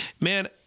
man